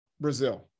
Brazil